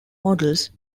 models